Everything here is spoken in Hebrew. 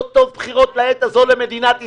לא טוב בחירות לעת הזו למדינת ישראל.